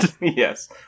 Yes